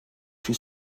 she